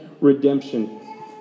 redemption